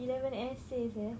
eleven essays eh